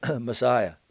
Messiah